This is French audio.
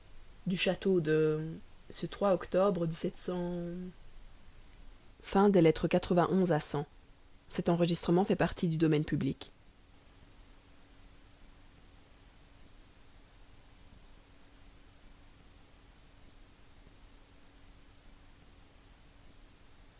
du château de octobre